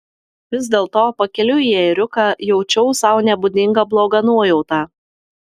vis dėlto pakeliui į ėriuką jaučiau sau nebūdingą blogą nuojautą